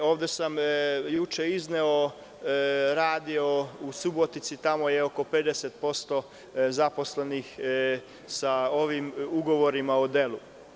Ovde sam juče izneo, u „Radio Subotici“, tamo je oko 50% zaposlenih sa ovim ugovorima o delu.